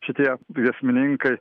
šitie giesmininkai